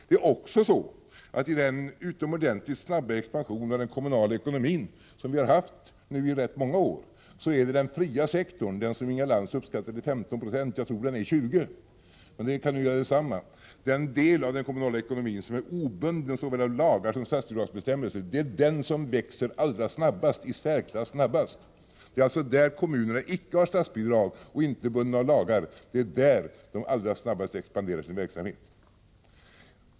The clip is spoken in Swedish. Det är också så, att med den utomordentligt snabba expansion av den kommunala ekonomin som vi nu under rätt många år har haft är den fria sektorn, den som Inga Lantz uppskattar till 15 96 — jag tror att den är 20 96, men det kan göra detsamma — den del av den kommunala ekonomin som är obunden av såväl lagar som statsbidragsbestämmelser, som växer i särklass snabbast. Det är alltså där kommunerna icke har statsbidrag och icke är bundna av lagar som de allra snabbast expanderar sin verksamhet.